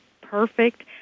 perfect